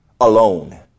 Alone